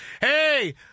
Hey